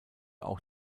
auch